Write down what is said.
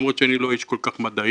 למרות שאני לא איש כל כך מדעי,